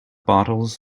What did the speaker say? bottles